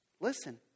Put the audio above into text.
listen